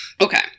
Okay